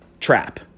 trap